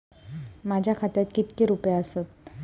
माझ्या खात्यात कितके रुपये आसत?